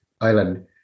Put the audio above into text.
island